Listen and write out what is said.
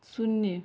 शून्य